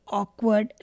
awkward